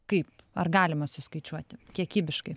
kaip ar galima suskaičiuoti kiekybiškai